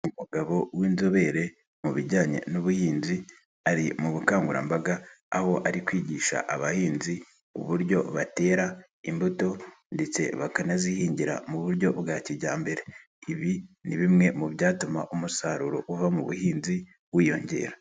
Umugabo w'inzobere mu bijyanye n'ubuhinzi ari mu bukangurambaga, aho ari kwigisha abahinzi uburyo batera imbuto ndetse bakanazihingira mu buryo bwa kijyambere, ibi ni bimwe mu byatuma umusaruro uva mu buhinzi wiyongera.